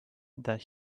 that